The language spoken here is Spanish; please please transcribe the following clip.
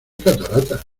cataratas